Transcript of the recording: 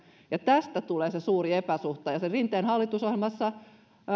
ja tästä tulee se suuri epäsuhta rinteen hallitusohjelmassa